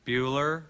Bueller